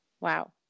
Wow